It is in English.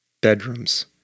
bedrooms